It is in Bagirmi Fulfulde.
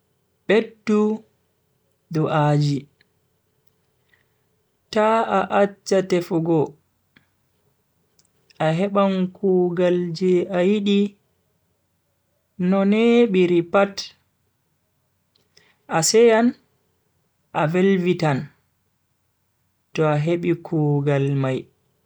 Beddu du'aji ta a accha tefugo a heban kugaal je a yidi no nebiri pat. A seyan a velvitan to a hebi kugal mai.